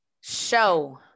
show